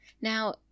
Now